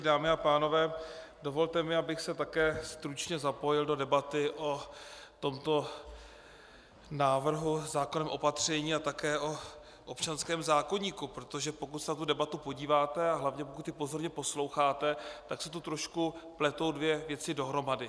Dámy a pánové, dovolte mi, abych se také stručně zapojil do debaty o tomto návrhu, zákonném opatření, a také o občanském zákoníku, protože pokud se na tu debatu podíváte a hlavně pokud ji pozorně posloucháte, tak se tu trošku pletou dvě věci dohromady.